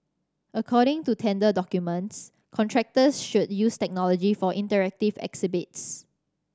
according to tender documents contractors should use technology for interactive exhibits